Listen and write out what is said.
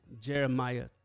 Jeremiah